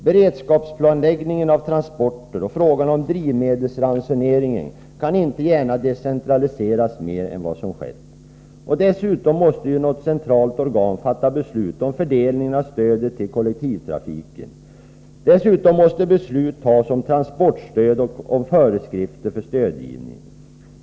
Beredskapsplanläggningen av transporter och frågan om drivmedelsransoneringen kan inte gärna decentraliseras mer än vad som skett. Dessutom måste något centralt organ fatta beslut om fördelningen av stödet till kollektivtrafiken. Vidare måste beslut fattas om transportstöd och om föreskrifter för stödgivningen.